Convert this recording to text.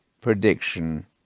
prediction